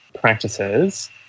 practices